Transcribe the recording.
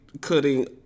cutting